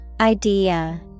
Idea